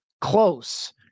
close